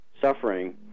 suffering